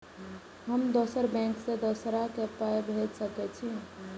हम दोसर बैंक से दोसरा के पाय भेज सके छी?